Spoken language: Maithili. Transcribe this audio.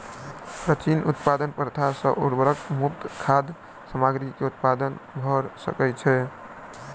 प्राचीन उत्पादन प्रथा सॅ उर्वरक मुक्त खाद्य सामग्री के उत्पादन भ सकै छै